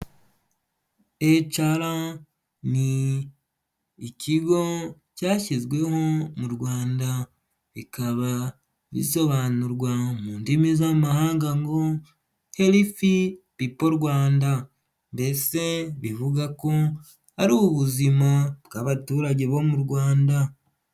HR ni ikigo cyashyizweho mu Rwanda, bikaba bisobanurwa mu ndimi z'amahanga helifi pipo Rwanda, ndetse bivuga ko ari ubuzima bw'abaturage bo mu Rwanda.